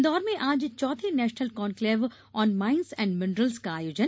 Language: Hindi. इन्दौर में आज चौथे national conclave on mines and minerals का आयोजन